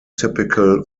typical